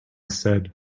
said